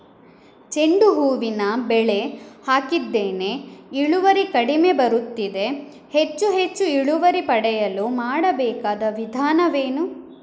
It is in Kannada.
ಚೆಂಡು ಹೂವಿನ ಬೆಳೆ ಹಾಕಿದ್ದೇನೆ, ಇಳುವರಿ ಕಡಿಮೆ ಬರುತ್ತಿದೆ, ಹೆಚ್ಚು ಹೆಚ್ಚು ಇಳುವರಿ ಪಡೆಯಲು ಮಾಡಬೇಕಾದ ವಿಧಾನವೇನು?